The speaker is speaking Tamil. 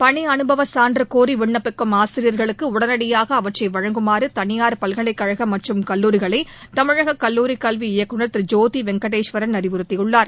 பணி அனுபவ சான்று கோரி விண்ணப்பிக்கும் ஆசிரியர்களுக்கு உடனடியாக அவற்றை வழங்குமாறு தனியார் பல்கலைக்கழக மற்றும் கல்லூரிகளை தமிழக கல்லூரி கல்வி இயக்குனர் திரு ஜோதி வெங்கடேஸ்வரன் அறிவுறுத்தியுள்ளார்